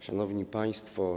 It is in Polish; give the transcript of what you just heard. Szanowni Państwo!